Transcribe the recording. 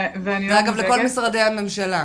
ואגב, לכל המשרדי הממשלה